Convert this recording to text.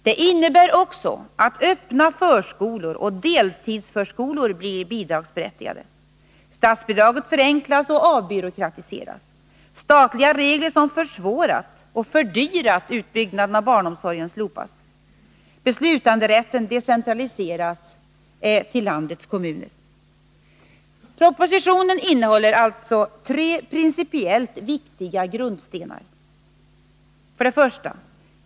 Det innebär också att öppna förskolor och deltidsförskolor blir bidragsberättigade. Statsbidraget förenklas och avbyråkratiseras. Statliga regler som har försvårat och fördyrat utbyggnaden av barnomsorgen slopas. Beslutanderät Propositionen innehåller alltså tre principiellt viktiga grundstenar: 1.